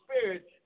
spirit